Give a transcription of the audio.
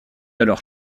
alors